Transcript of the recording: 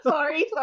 Sorry